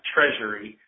Treasury